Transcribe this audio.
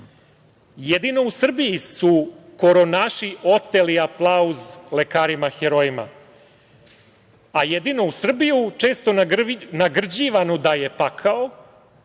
Jedino u Srbiji su koronaši oteli aplauz lekarima herojima, a jedino u Srbiju često nagrđivanu da je pakao